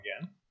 again